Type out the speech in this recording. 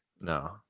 No